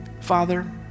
Father